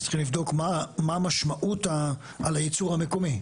אז צריכים לבדוק מה המשמעות על הייצור המקומי,